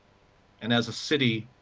and as a city,